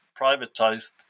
privatized